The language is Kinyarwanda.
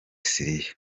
siriya